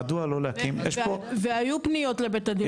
מדוע לא להקים --- והיו פניות לבית הדין בנושא הזה.